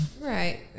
Right